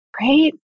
right